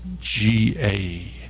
GA